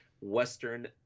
Western